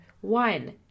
One